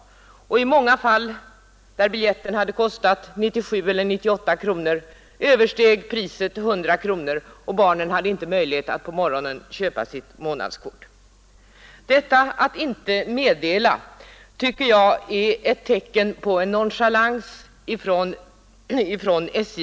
I många fall när biljetten hade kostat 97 eller 98 kronor översteg priset 100 kronor, och barnen hade inte möjlighet att på morgonen köpa månadskort. Detta att inte meddela tycker jag är ett tecken på nonchalans från SJ:s sida.